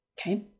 Okay